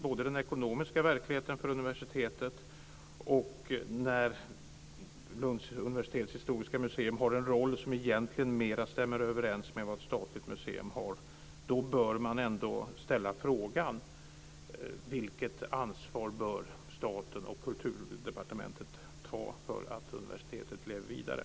När den ekonomiska verkligheten för universitetet förändras och Lunds universitets historiska museum har fått en roll som egentligen mera stämmer överens med den roll som ett statligt museum har, då bör man ändå ställa frågan: Vilket ansvar bör staten och Kulturdepartementet ta för att museet ska kunna leva vidare?